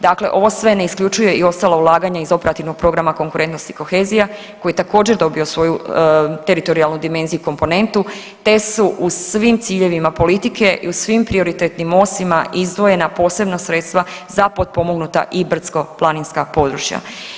Dakle, ovo sve ne isključuje i ostala ulaganja iz Operativnog programa Konkurentnost i kohezija koji je također dobio svoju teritorijalnu dimenziju i komponentu te su u svim ciljevima politike i u svim prioritetnim osima izdvojena posebna sredstva za potpomognuta i brdsko-planinska područja.